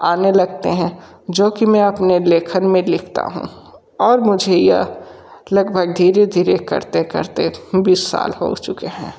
आने लगते हैं जो कि मैं अपने लेखन में लिखता हूँ और मुझे यह लगभग धीरे धीरे करते करते बीस साल हो चुके हैं